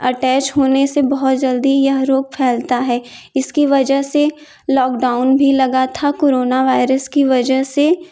attach होने से बहुत जल्दी यह रोग फैलता है इसकी वजह से लॉकडाउन भी लगा था कोरोना वायरस की वजह से